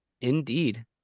Indeed